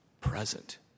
present